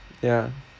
ya